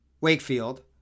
Wakefield